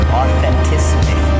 authenticity